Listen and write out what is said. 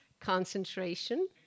Concentration